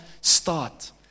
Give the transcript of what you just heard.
start